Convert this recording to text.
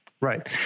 Right